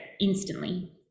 instantly